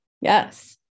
Yes